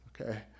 okay